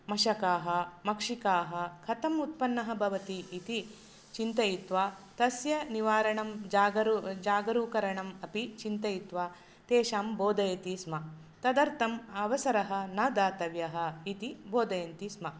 मशकाः मक्षिकाः कथम् उत्पन्नः भवति इति चिन्तयित्वा तस्य निवारणं जागरू जागरूकरणम् अपि चिन्तयित्वा तेषां बोधयति स्म तदर्थम् अवसरः न दातव्यः इति बोधयन्ति स्म